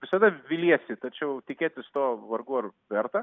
visada viliesi tačiau tikėtis to vargu ar verta